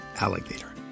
alligator